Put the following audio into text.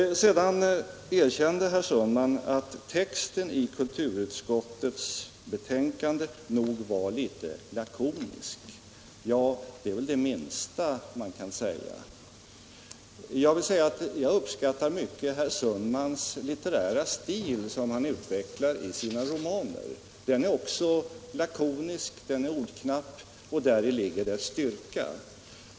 Sedan erkände herr Sundman att texten i kulturutskottets betänkande nog var litet lakonisk. Ja, det är väl det minsta man kan säga. Jag uppskattar herr Sundmans litterära stil, som han utvecklar i sina romaner. Den är också lakonisk, den är ordknapp, och däri ligger dess styrka.